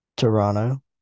Toronto